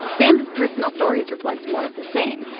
fans' personal stories reflect more of the same.